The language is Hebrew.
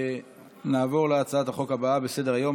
נעבור להצעת החוק הבאה בסדר-היום,